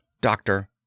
Doctor